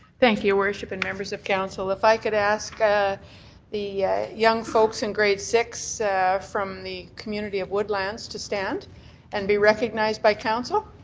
thank you, your worship and members of council. if i could ask ah the young folks in grade six from the community of woodlands to stand and be recognized by council.